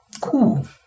Cool